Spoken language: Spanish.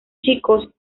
chicos